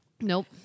Nope